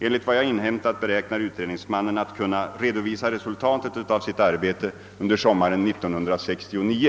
Enligt vad jag inhämtat beräknar utredningsmannen att kunna redovisa resultatet av sitt arbete under sommaren 1969.